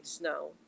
now